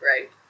right